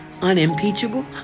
unimpeachable